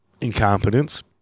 incompetence